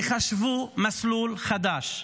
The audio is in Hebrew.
יחשבו מסלול חדש.